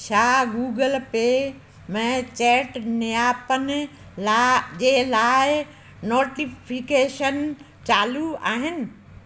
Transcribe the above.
छा Google Pay में chat नियापन लाइ जे लाइ नोटिफिकेशन चालू आहिनि